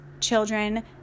children